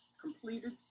completed